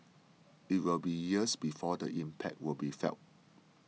it will be years before the impact will be felt